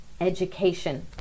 education